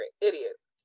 idiots